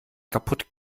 kaputt